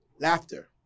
Laughter